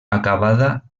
acabada